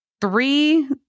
three